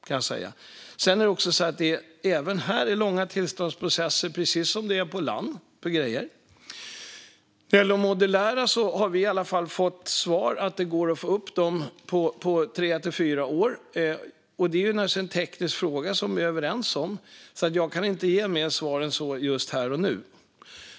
Även här är det långa tillståndsprocesser, precis som för grejer på land. När det gäller de modulära kärnkraftverken har vi fått svaret att det går att få upp dem på tre till fyra år. Det är naturligtvis en teknisk fråga; det är vi överens om. Jag kan inte ge mer svar än så här och nu.